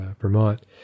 Vermont